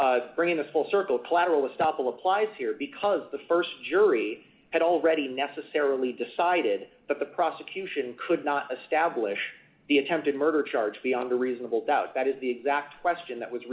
crime bringing the full circle collateral estoppel applies here because the st jury had already necessarily decided that the prosecution could not establish the attempted murder charge beyond a reasonable doubt that is the exact question that was